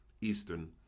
Eastern